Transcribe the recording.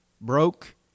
broke